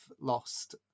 lost